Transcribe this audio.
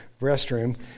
restroom